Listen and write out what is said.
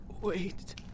Wait